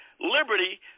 liberty